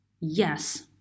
yes